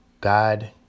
God